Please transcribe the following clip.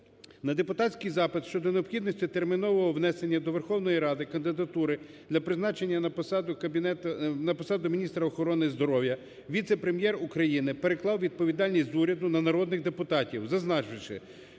На депутатський запит щодо необхідності термінового внесення до Верховної Ради кандидатури для призначення на посаду міністра охорони здоров'я віце-прем'єр України переклав відповідальність з уряду на народних депутатів, зазначивши,